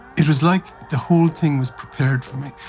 it was like the whole thing was prepared for me.